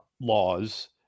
laws